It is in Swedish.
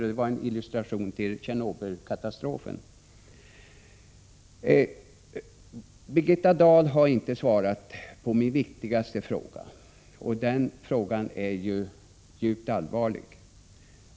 Detta var en illustration av följderna av Tjernobylolyckan. Birgitta Dahl har inte svarat på min viktigaste fråga. Den frågan är djupt allvarlig.